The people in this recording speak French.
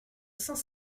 saint